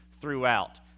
throughout